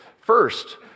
first